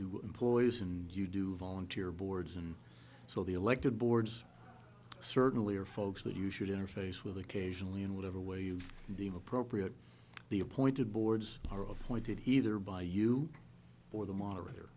to employees and you do volunteer boards and so the elected boards certainly are folks that you should interface with occasionally in whatever way you deem appropriate the appointed boards are of pointed he either by you or the moderator